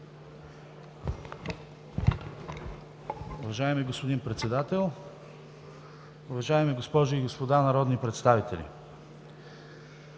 Уважаеми господин Председател, уважаеми госпожи и господа народни представители!